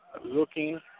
looking